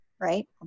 right